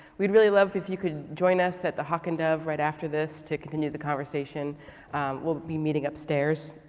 we would really love if you can join us at the hawk and dove right after this to continue the conversation. we will be meeting upstairs,